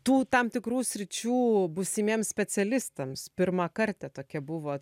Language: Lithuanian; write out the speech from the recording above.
tų tam tikrų sričių būsimiems specialistams pirmą kartą tokia buvot